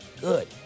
Good